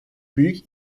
büyük